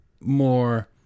more